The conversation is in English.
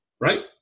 right